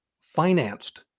financed